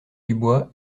dubois